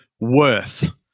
worth